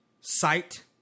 Sight